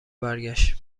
برگشت